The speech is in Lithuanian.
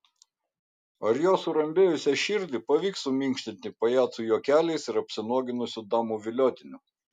ar jo surambėjusią širdį pavyks suminkštinti pajacų juokeliais ir apsinuoginusių damų viliotiniu